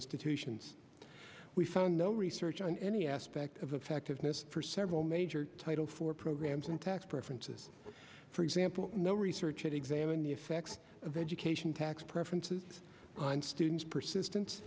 institutions we found no research on any aspect of effectiveness for several major title for programs and tax preferences for example no research examine the effects of education tax preferences on students persisten